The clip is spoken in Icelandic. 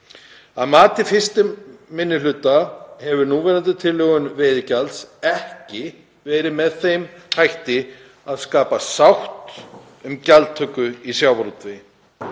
Að mati 1. minni hluta hefur núverandi tilhögun veiðigjalds ekki verið með þeim hætti að skapa sátt um gjaldtöku í sjávarútvegi.